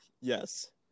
Yes